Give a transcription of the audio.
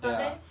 ya